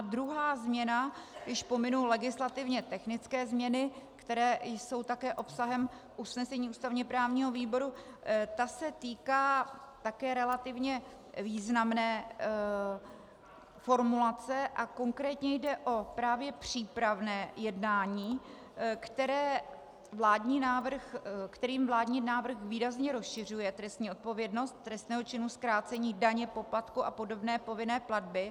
Druhá změna, když pominu legislativně technické změny, které jsou také obsahem usnesení ústavněprávního výboru, ta se týká také relativně významné formulace, konkrétně jde právě o přípravné jednání, kterým vládní návrh výrazně rozšiřuje trestní odpovědnost trestného činu zkrácení daně, poplatku a podobné povinné platby.